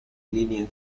líneas